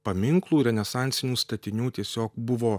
paminklų renesansinių statinių tiesiog buvo